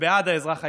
ובעד האזרח הישראלי.